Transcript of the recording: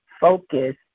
focus